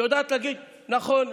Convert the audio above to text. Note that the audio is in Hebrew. שיודעת להגיד: נכון,